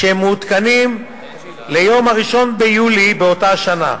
מעודכנים ליום 1 ביולי באותה שנה.